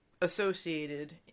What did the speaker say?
associated